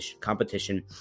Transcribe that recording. competition